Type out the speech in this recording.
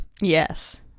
Yes